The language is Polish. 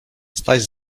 staś